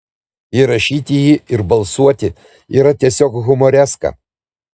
įrašyti jį ir balsuoti yra tiesiog humoreska